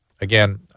Again